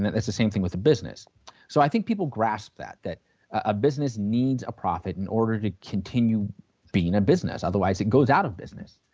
that's the same thing with a business so i think people grasp that that a business needs a profit in order to continue being a business otherwise it goes out of business.